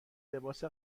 لباس